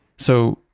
so,